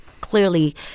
clearly